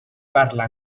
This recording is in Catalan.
parla